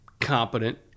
competent